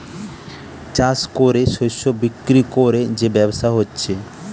চাষ কোরে শস্য বিক্রি কোরে যে ব্যবসা হচ্ছে